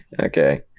okay